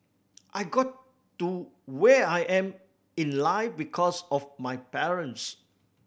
I got to where I am in life because of my parents